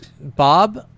Bob